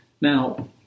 Now